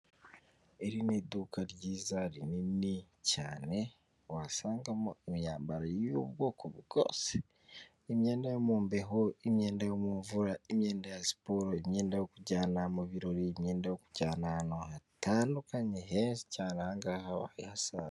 Iki ngiki ni ikigo cya emutiyene kidufasha kubijyanye no kuba baguha amayinite ugahamagara mugenzi wawe, cyangwa se ukamwandikira kuri murandasi bitewe n'icyo ushaka.